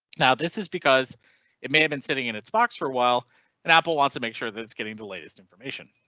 now, this is because it may have been sitting in its box for awhile and apple wants to make sure that it's getting the latest information.